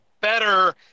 better